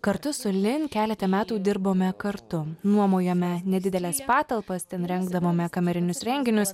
kartu su lin keletą metų dirbome kartu nuomojome nedideles patalpas ten rengdavome kamerinius renginius